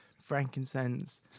frankincense